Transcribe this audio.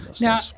now